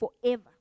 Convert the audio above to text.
forever